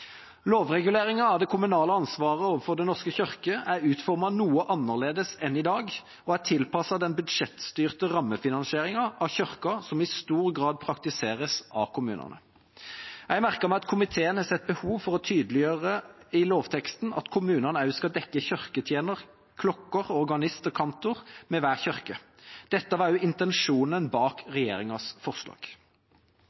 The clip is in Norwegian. av det kommunale ansvaret overfor Den norske kirke er utformet noe annerledes enn i dag og er tilpasset den budsjettstyrte rammefinansieringen av Kirken, som i stor grad praktiseres av kommunene. Jeg har merket meg at komiteen har sett behov for å tydeliggjøre i lovteksten at kommunene også skal dekke kirketjener, klokker, organist og kantor ved hver kirke. Dette var også intensjonen bak